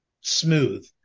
smooth